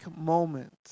moment